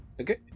Okay